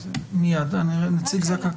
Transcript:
נציג זק"א,